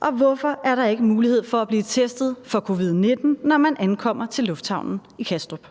Og hvorfor er der ikke mulighed for at blive testet for covid-19, når man ankommer til lufthavnen i Kastrup?